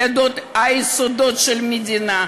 נמדדים היסודות של מדינה,